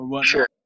sure